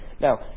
now